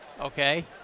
Okay